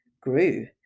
grew